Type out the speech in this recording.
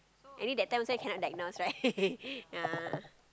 anyway that time also cannot diagnose right yeah